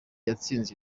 yatsinze